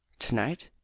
tonight?